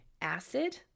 acid